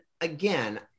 again